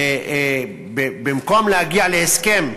במקום להגיע להסכם סביר,